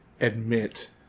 admit